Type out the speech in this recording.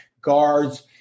guards